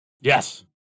Yes